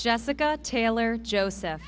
jessica taylor joseph